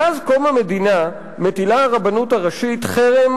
"מאז קום המדינה מטילה הרבנות הראשית חרם